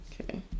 Okay